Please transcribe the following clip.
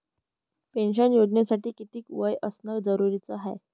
Pension योजनेसाठी कितीक वय असनं जरुरीच हाय?